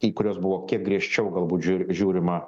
į kuriuos buvo kiek griežčiau galbūt žiū žiūrima